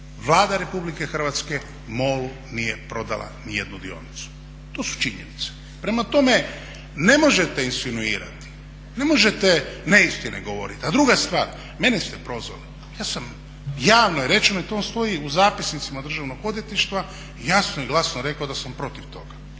Vlada Republike Hrvatske MOL-u nije prodala ni jednu dionicu to su činjenice. Prema tome, ne možete insinuirati, ne možete ne istine govoriti. A druga stvar mene ste prozvali, ja sam javno je rečeno i to vam stoji u zapisnicima državnog odvjetništva, jasno i glasno rekao da sam protiv toga.